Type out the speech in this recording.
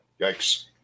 Yikes